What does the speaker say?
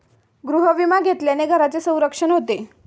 गृहविमा घेतल्याने घराचे संरक्षण होते